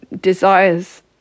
desires